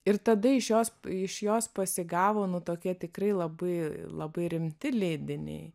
ir tada iš jos iš jos pasigavo nu tuokie tikrai labai labai rimti leidiniai